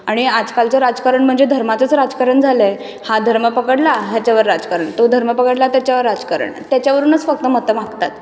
आणि आजकालचं राजकारण म्हणजे धर्माचंच राजकारण झालं आहे हा धर्म पकडला ह्याच्यावर राजकारण तो धर्म पकडला त्याच्यावर राजकारण त्याच्यावरूनच फक्त मत मागतात